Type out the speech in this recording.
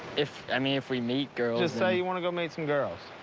if i mean, if we meet girls. just say you wanna go meet some girls.